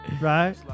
Right